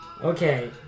Okay